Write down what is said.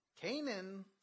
Canaan